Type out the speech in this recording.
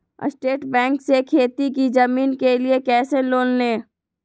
State bank से खेती की जमीन के लिए कैसे लोन ले?